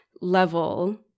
level